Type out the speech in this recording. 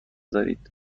دارید